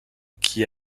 qui